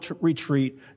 retreat